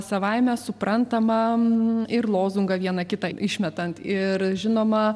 savaime suprantama ir lozungą viena kitą išmetant ir žinoma